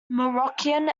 moroccan